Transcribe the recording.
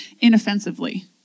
Inoffensively